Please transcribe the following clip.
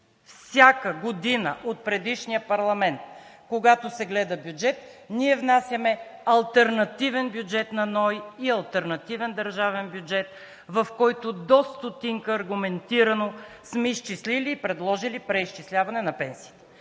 Всяка година от предишния парламент, когато се гледа бюджет, ние внасяме алтернативен бюджет на НОИ и алтернативен държавен бюджет, в който до стотинка аргументирано сме изчислили и предложили преизчисляване на пенсиите.